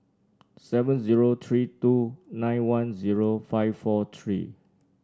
seven zero three two nine one zero five four three